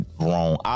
wrong